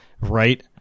right